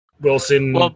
Wilson